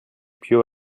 più